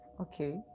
okay